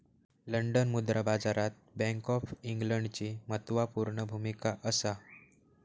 London मुद्रा बाजारात bank of इंग्लंडची म्हत्त्वापूर्ण भुमिका असा